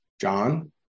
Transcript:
John